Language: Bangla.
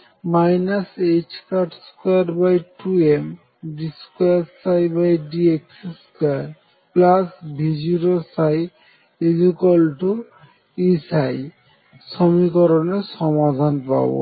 22md2dx2V0ψEψ সমীকরণের সমাধান পাবো